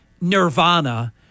nirvana